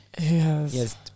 yes